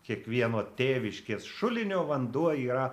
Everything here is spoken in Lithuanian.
kiekvieno tėviškės šulinio vanduo yra